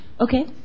Okay